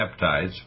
peptides